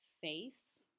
face